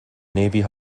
navy